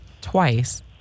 twice